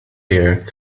here